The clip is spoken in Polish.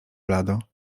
blado